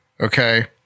Okay